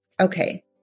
Okay